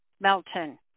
melton